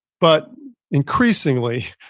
but increasingly,